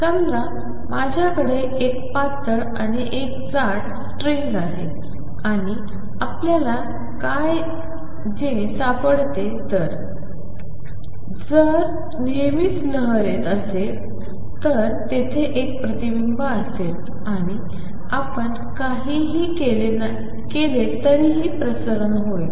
समजा माझ्याकडे एक पातळ आणि एक जाड स्ट्रिंग आहे आणि आपल्याला काय जे सापडते तर जर नेहमीच लहर येत असेल तर तेथे एक प्रतिबिंब असेल आणि आपण काहीही केले तरीही प्रसारण होईल